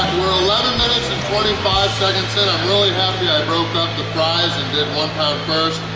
eleven minutes and twenty five seconds in. i'm really happy i broke up the fries and did one pound first.